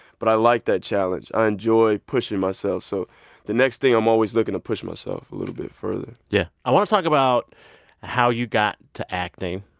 but i like that challenge. i enjoy pushing myself. so the next thing, i'm always looking to push myself a little bit further yeah. i want to talk about how you got to acting.